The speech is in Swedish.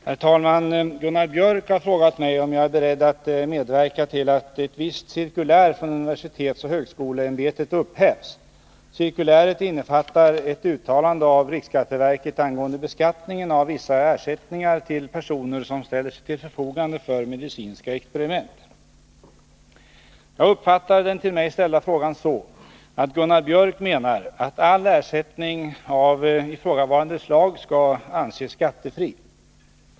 Herr talman! Gunnar Biörck i Värmdö har frågat mig om jag är beredd att medverka till att ett visst cirkulär från universitetsoch högskoleämbetet upphävs. Cirkuläret innefattar ett uttalande av riksskatteverket angående beskattningen av vissa ersättningar till personer som ställer sig till förfogande för medicinska experiment. Jag uppfattar den till mig ställda frågan så, att Gunnar Biörck menar att all ersättning av ifrågavarande slag skall anses skattefri.